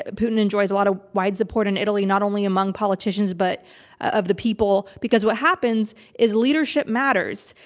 ah putin enjoys a lot of wide support in italy, not only among politicians but of the people. because what happens is leadership matters.